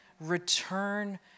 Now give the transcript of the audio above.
Return